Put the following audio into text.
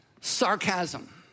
Sarcasm